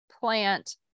plant